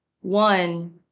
One